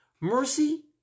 mercy